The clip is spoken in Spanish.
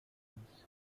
complutense